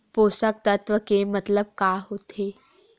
पोषक तत्व के मतलब का होथे?